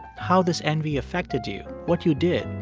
how this envy affected you, what you did,